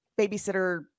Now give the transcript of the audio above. babysitter